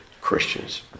Christians